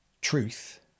truth